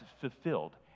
fulfilled